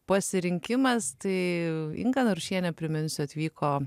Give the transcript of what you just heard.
pasirinkimas tai inga narušienė priminsiu atvyko